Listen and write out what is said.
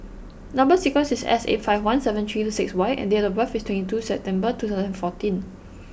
number sequence is S eight five one seven three two six Y and date of birth is twenty two September two thousand and fourteen